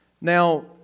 Now